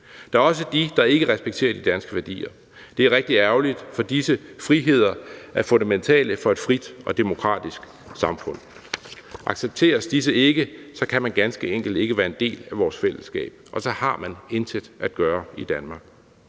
Der er også dem, der ikke respekterer de danske værdier. Det er rigtig ærgerligt, for disse friheder er fundamentale for et frit og demokratisk samfund. Accepteres disse ikke, kan man ganske enkelt ikke være en del af vores fællesskab, og så har man intet at gøre i Danmark.